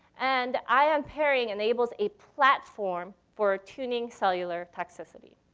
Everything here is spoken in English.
and ion pairing enables a platform for tuning cellular toxicity.